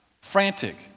frantic